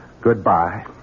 Goodbye